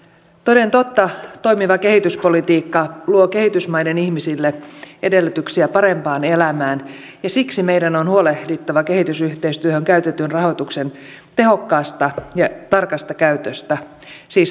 toden totta toimiva kehityspolitiikka luo kehitysmaiden ihmisille edellytyksiä parempaan elämään ja siksi meidän on huolehdittava kehitysyhteistyöhön käytetyn rahoituksen tehokkaasta ja tarkasta käytöstä siis vaikuttavuudesta